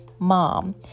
mom